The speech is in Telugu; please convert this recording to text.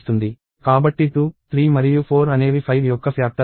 కాబట్టి 2 3 మరియు 4 అనేవి 5 యొక్క ఫ్యాక్టర్స్ కాదు